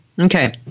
Okay